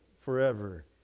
forever